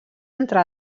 entre